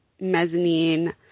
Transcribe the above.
mezzanine